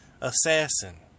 Assassin